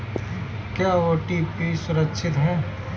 क्या ओ.टी.पी सुरक्षित है?